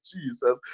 Jesus